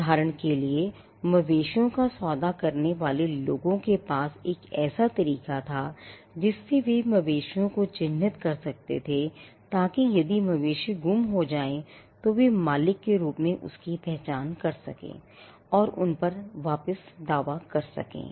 उदाहरण के लिए मवेशियों का सौदा करने वाले लोगों के पास एक ऐसा तरीका था जिससे वे मवेशियों को चिन्हित कर सकते थे ताकि यदि मवेशी गुम हो जाए तो वे मालिक के रूप में उनकी पहचान कर सकें और उन पर वापस दावा कर सकें